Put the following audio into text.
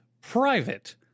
Private